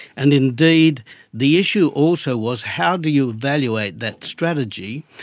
and indeed the issue also was how do you evaluate that strategy?